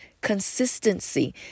consistency